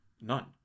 None